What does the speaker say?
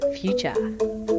future